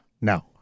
No